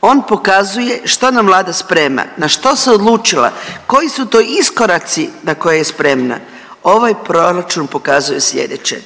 On pokazuje što nam Vlada sprema, na što se odlučila, koji su to iskoraci na koje je spremna. Ovaj proračun pokazuje slijedeće.